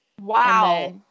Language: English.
Wow